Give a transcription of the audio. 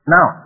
Now